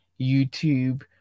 YouTube